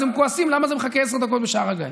אז כועסים למה מחכים עשר דקות בשער הגיא.